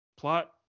plot